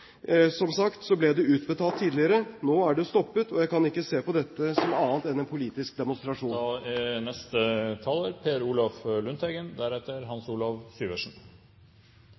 Som sagt ble det utbetalt tidligere. Nå er det stoppet, og jeg kan ikke se på dette som annet enn en politisk demonstrasjon.